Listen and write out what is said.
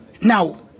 Now